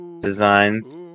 designs